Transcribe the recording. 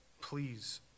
Please